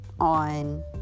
on